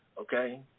Okay